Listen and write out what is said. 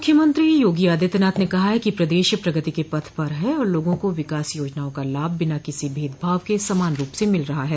मुख्यमंत्री योगी आदित्यनाथ ने कहा कि प्रदेश प्रगति के पथ पर है और लोगों को विकास योजनाओं का लाभ बिना किसी भेदभाव के समान रूप से मिल रहा है